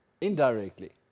Indirectly